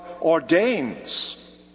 ordains